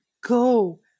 go